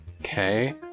Okay